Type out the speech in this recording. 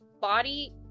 body